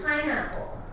pineapple